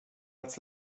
als